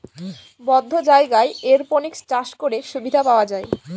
বদ্ধ জায়গায় এরপনিক্স চাষ করে সুবিধা পাওয়া যায়